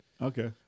Okay